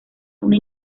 una